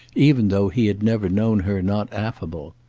even though he had never known her not affable.